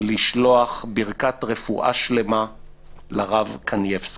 לשלוח ברכת רפואה שלמה לרב קנייבסקי.